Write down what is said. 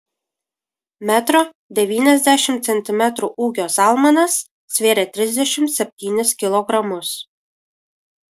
metro devyniasdešimt centimetrų ūgio zalmanas svėrė trisdešimt septynis kilogramus